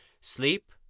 Sleep